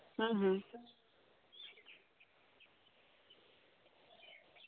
ᱦᱩᱸ ᱦᱩᱸ